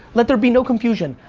let there be no confusion,